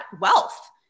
wealth